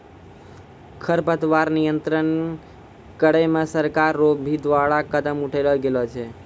खरपतवार नियंत्रण करे मे सरकार रो भी द्वारा कदम उठैलो गेलो छै